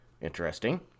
Interesting